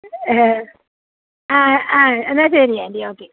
ആ ആ എന്നാൽ ശരി ആൻ്റി ഓക്കെ